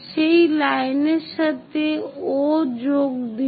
সেই লাইনের সাথে O যোগ দিন